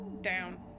down